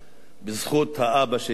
בזכות האבא שישב כאן.